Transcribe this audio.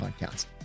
podcast